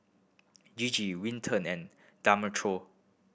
Gigi Winton and